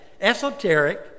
esoteric